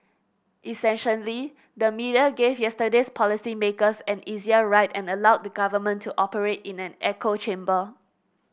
essentially the media gave yesterday's policy makers an easier ride and allowed the government to operate in an echo chamber